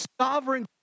sovereign